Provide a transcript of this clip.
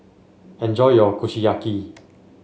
enjoy your Kushiyaki